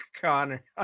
Connor